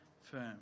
firm